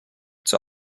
zur